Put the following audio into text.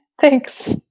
thanks